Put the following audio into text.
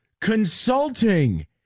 consulting